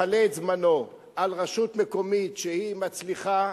מכלה את זמנו על רשות מקומית שהיא מצליחה